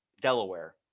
Delaware